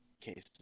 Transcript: case